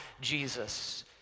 Jesus